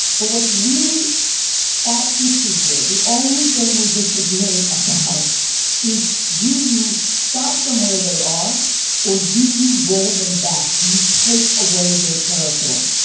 but what's really at issue here the only thing we're disagreeing about is do you stop them where they are or do you roll them back? do you take away their territory?